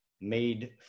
made